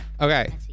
Okay